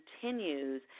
continues